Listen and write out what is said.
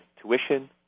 tuition